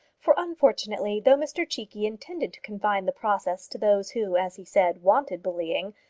for unfortunately, though mr cheekey intended to confine the process to those who, as he said, wanted bullying,